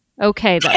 okay